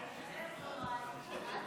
הוא מבקש להירשם בפרוטוקול.